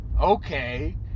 Okay